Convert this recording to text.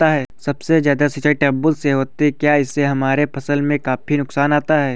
सबसे ज्यादा सिंचाई ट्यूबवेल से होती है क्या इससे हमारे फसल में काफी नुकसान आता है?